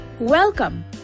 Welcome